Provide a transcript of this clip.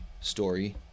story